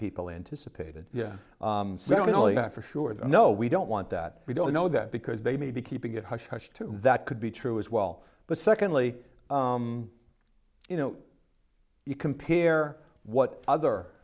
people anticipated certainly not for sure no we don't want that we don't know that because they may be keeping it hush hush too that could be true as well but secondly you know you compare what other